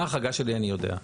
מה ההחרגה שלי אני יודע.